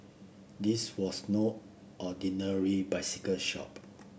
this was no ordinary bicycle shop